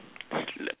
I sleep